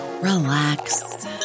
relax